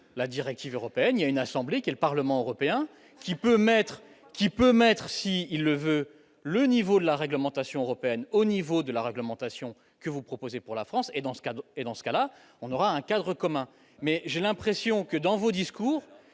la directive européenne, il y a une assemblée qui le Parlement européen qui peut m'être qui peut m'être si il le veut, le niveau de la réglementation européenne au niveau de la réglementation que vous proposez pour la France, et dans ce cadre et dans ce cas là on aura un cadre commun mais j'ai l'impression que dans vos discours